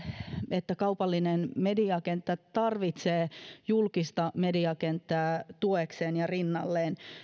että kaupallinen mediakenttä tarvitsee julkista mediakenttää tuekseen ja rinnalleen